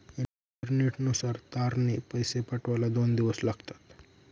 इंटरनेटनुसार तारने पैसे पाठवायला दोन दिवस लागतात